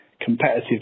competitive